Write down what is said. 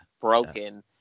broken